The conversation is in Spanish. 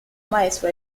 maestro